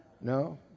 no